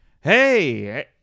hey